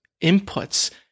inputs